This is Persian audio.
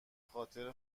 خاطر